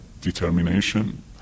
determination